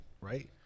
right